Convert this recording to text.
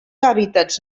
hàbitats